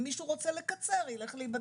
אם מישהו רוצה לקצר, ילך להיבדק.